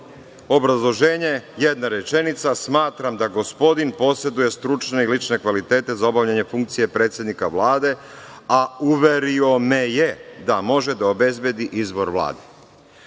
obrazloženje jedna rečenica - Smatram da gospodine poseduje stručne i lične kvalitete za obavljanje funkcije predsednika Vlade, a uverio me je da može da obezbedi izbor Vlade. Ove